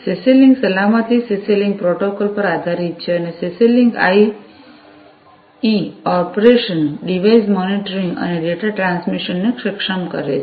CC link સલામતી CC link protocol પર આધારિત છે અને CC link IE operation device monitoring અને ડેટા ટ્રાન્સમિશન ને સક્ષમ કરે છે